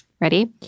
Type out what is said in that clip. Ready